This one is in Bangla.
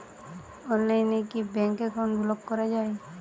অনলাইনে কি ব্যাঙ্ক অ্যাকাউন্ট ব্লক করা য়ায়?